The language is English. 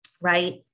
Right